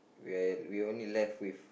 when we only left with